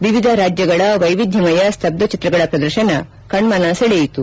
ವಿವಿಧ ರಾಜ್ಯಗಳ ವೈವಿಧ್ಯಮಯ ಸ್ತಬ್ದಚಿತ್ರಗಳ ಪ್ರದರ್ಶನ ಕಣ್ಮನ ಸೆಳೆಯಿತು